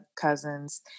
cousins